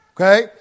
Okay